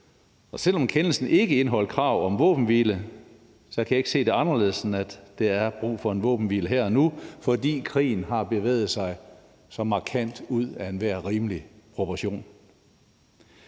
Selv om kendelsen ikke indeholdt krav om våbenhvile, kan jeg ikke se det anderledes, end at der er brug for en våbenhvile her og nu, fordi krigen har bevæget sig så markant ud af enhver rimelig proportion.